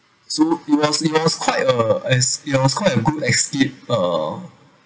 so it was it was quite a as it was quite a good escape uh